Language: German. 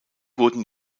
wurden